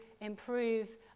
improve